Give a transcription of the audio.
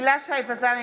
הילה שי וזאן,